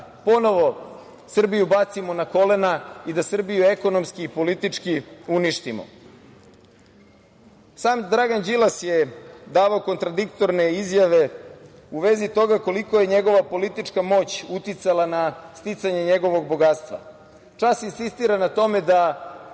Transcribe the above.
ponovo bacimo na kolena i da Srbiju ekonomski i politički uništimo. Sam Dragan Đilas je davao kontradiktorne izjave u vezi toga koliko je njegova politička moć uticala na sticanje njegovog bogatstva. Čas insistira na tome da